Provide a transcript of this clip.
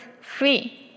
free